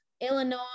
Illinois